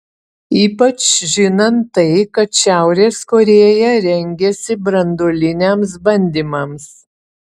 ypač žinant tai kad šiaurės korėja rengiasi branduoliniams bandymams